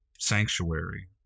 sanctuary